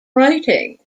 writing